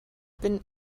bin